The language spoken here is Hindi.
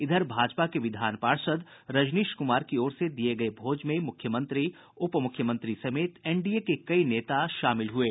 इधर भाजपा के विधान पार्षद रजनीश कुमार की ओर से दिये गये भोज में मुख्यमंत्री उपमुख्यमंत्री समेत एनडीए के कई नेता शामिल हुये